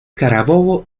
carabobo